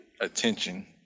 attention